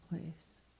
place